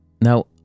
Now